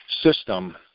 system